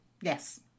Yes